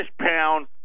pound